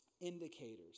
indicators